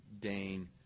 Dane